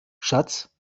schatz